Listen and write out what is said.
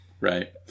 Right